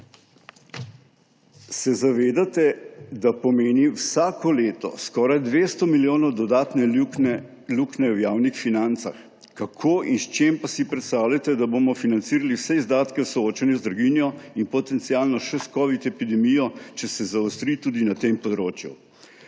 Se zavedate, da pomeni vsako leto skoraj 200 milijonov dodatne luknje v javnih financah? Kako in s čim si predstavljate, da bomo financirali vse izdatke v soočanju z draginjo in potencialno še s covid epidemijo, če se zaostri tudi na tem področju?